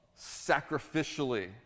sacrificially